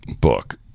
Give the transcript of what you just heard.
book